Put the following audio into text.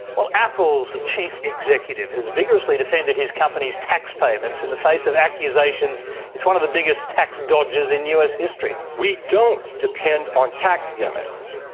apple's chief executive has vigorously defended his company's tax payments in the face of accusations it's one of the biggest tax dodgers in us history. we don't depend on tax gimmicks.